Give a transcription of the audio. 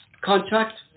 contract